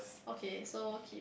okay so keep